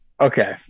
Okay